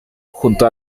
junto